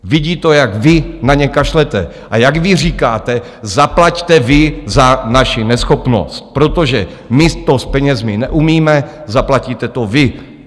Vidí to, jak vy na ně kašlete a jak vy říkáte, zaplaťte vy za naši neschopnost, protože my to s penězi neumíme, zaplatíte to vy.